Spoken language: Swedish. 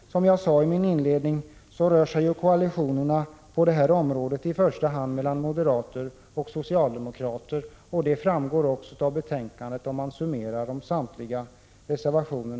Som jag sade i mitt inledningsanförande rör sig koalitionerna på järnvägspolitikens område i första hand mellan moderater och socialdemokrater. Det framgår också av betänkandet i år, om man summerar antalet reservationer.